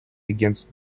against